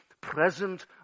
present